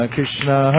Krishna